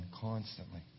constantly